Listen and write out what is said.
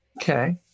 okay